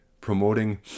promoting